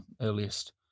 earliest